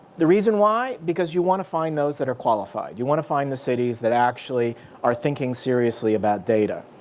the reason why. because you want to find those that are qualified. you want to find the cities that actually are thinking seriously about data.